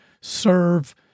serve